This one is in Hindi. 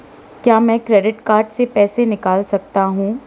क्या मैं क्रेडिट कार्ड से पैसे निकाल सकता हूँ?